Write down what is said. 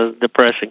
depressing